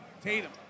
Tatum